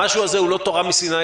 המשהו הזה הוא לא תורה מסיני,